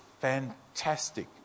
fantastic